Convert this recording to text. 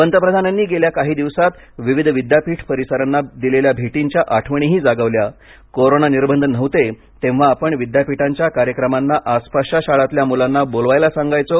पंतप्रधानांनी गेल्या काही दिवसात विविध विद्यापीठ परिसरांना दिलेल्या भेटींच्या आठवणीही प जागवल्या कोरोना निर्बंध नव्हते तेव्हा आपण विद्यापीठांच्या कार्यक्रमांना आसपासच्या शाळांतल्या मुलांना बोलवायला सांगायचो